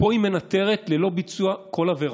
פה היא מנטרת ללא ביצוע כל עבירה.